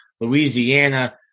Louisiana